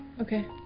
Okay